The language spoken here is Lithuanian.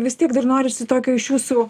vis tiek dar norisi tokio iš jūsų